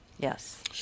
Yes